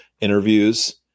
interviews